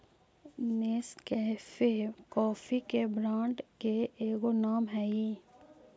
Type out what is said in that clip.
Nescafe coffee के brand के एगो नाम हई